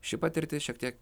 ši patirtis šiek tiek